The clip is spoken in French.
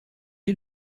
est